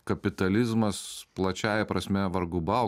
kapitalizmas plačiąja prasme vargu bau